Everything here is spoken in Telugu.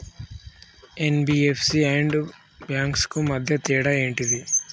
ఎన్.బి.ఎఫ్.సి అండ్ బ్యాంక్స్ కు మధ్య తేడా ఏంటిది?